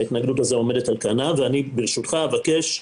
ההתנגדות עומדת על כנה וברשותך אבקש,